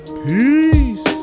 Peace